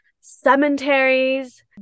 cemeteries